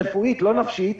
לא נפשית,